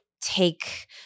take